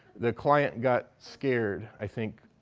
the client got scared i think,